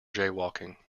jaywalking